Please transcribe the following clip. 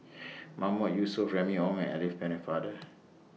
Mahmood Yusof Remy Ong and Alice Pennefather